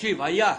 זה היה,